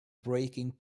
breaking